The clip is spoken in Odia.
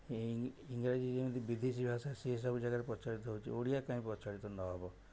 ଇଂରାଜୀ ଯେମିତି ବିଦେଶୀ ଭାଷା ସିଏ ସବୁ ଜାଗାରେ ପ୍ରଚଳିତ ହେଉଛି ଓଡ଼ିଆ କାହିଁକି ପ୍ରଚଳିତ ନ ହେବ